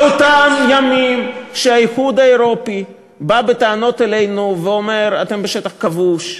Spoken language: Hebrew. באותם ימים שהאיחוד האירופי בא בטענות אלינו ואומר: אתם בשטח כבוש,